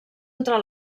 entre